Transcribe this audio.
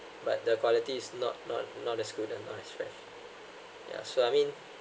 but the quality is not not not as good and not as fresh so I mean